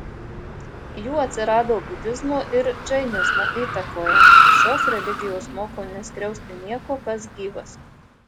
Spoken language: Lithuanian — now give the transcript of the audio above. jų atsirado budizmo ir džainizmo įtakoje šios religijos moko neskriausti nieko kas gyvas